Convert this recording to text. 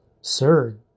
Sir